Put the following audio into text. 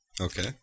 Okay